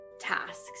tasks